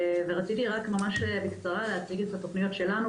רציתי להציג בקצרה את התוכניות שלנו,